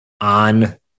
on